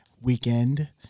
weekend